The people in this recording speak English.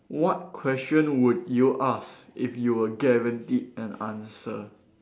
what question would you asked if you were guaranteed an answer